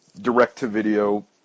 direct-to-video